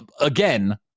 again